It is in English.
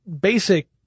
basic